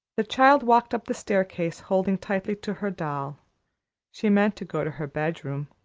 the child walked up the staircase, holding tightly to her doll she meant to go to her bedroom,